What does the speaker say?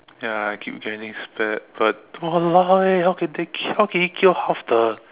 ya I keep getting spared but !walao! eh how can they kill how can he kill half the